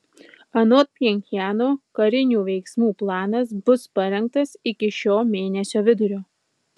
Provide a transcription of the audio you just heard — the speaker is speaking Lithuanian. anot pchenjano karinių veiksmų planas bus parengtas iki šio mėnesio vidurio